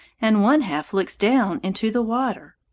and one half looks down into the water.